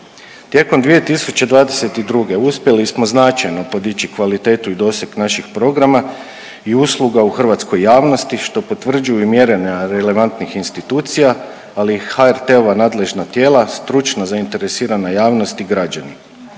Tijekom 2022. uspjeli smo značajno podići kvalitetu i doseg naših programa i usluga u hrvatskoj javnosti što potvrđuju i mjerenja relevantnih institucija, ali i HRT-ova nadležna tijela, stručno zainteresirana javnost i građani.